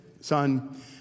son